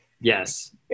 Yes